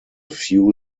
few